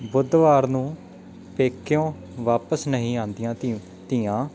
ਬੁੱਧਵਾਰ ਨੂੰ ਪੇਕਿਓਂ ਵਾਪਸ ਨਹੀਂ ਆਉਂਦੀਆਂ ਧੀ ਧੀਆਂ